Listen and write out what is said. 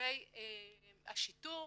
לגבי השיטור,